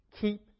keep